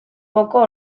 poco